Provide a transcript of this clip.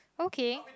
okay